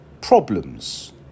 problems